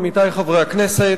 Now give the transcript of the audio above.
עמיתי חברי הכנסת,